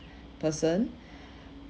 person